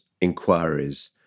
inquiries